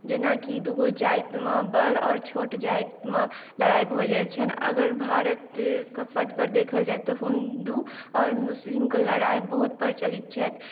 जेनाकि दूगो जातिमे बड़ आओर छोट जातिमे लड़ाइ भऽ जाइत छनि अगर भारतक पद पर देखल जाय तऽ हिन्दु आओर मुस्लिमक लड़ाइ बहुत प्रचलित छथि